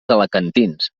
alacantins